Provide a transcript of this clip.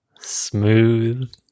smooth